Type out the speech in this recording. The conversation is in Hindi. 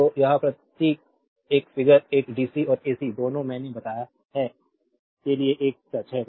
तो यह प्रतीक यह फिगर एक डीसी और एसी दोनों मैंने बताया है के लिए एक सच है